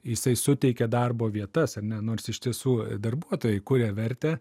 jisai suteikia darbo vietas ar ne nors iš tiesų darbuotojai kuria vertę